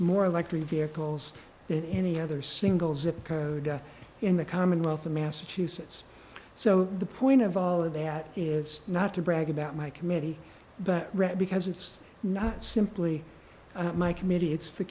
more like three vehicles that any other single zip code in the commonwealth of massachusetts so the point of all of that is not to brag about my committee but rather because it's not simply my committee it's the